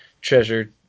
treasure